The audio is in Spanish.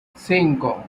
cinco